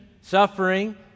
suffering